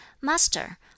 Master